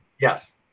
Yes